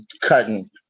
cutting